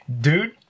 Dude